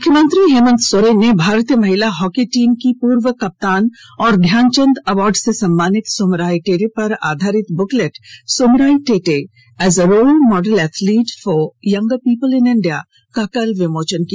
मुख्यमंत्री हेमंत सोरेन ने भारतीय महिला हॉकी टीम की पूर्व कप्तान और ध्यानचंद अवार्ड से सम्मानित सुमराय टेटे पर आधारित booklet Sumrai Tete as a role model athlete for younger people in India का कल विमोचन किया